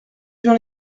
j’en